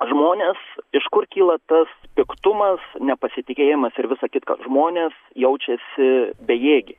žmonės iš kur kyla tas piktumas nepasitikėjimas ir visa kitka žmonės jaučiasi bejėgiai